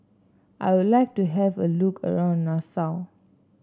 I would like to have a look around Nassau